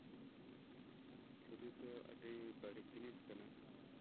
ᱪᱷᱩᱨᱤ ᱫᱚ ᱟᱹᱰᱤ ᱵᱟᱹᱲᱤᱡ ᱡᱤᱱᱤᱥ ᱠᱟᱱᱟ